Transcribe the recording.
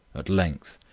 at length,